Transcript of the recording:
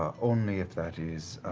only if that is,